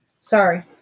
Sorry